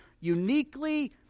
uniquely